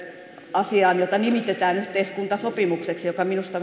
asiaan jota nimitetään yhteiskuntasopimukseksi joka minusta